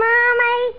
Mommy